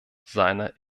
seiner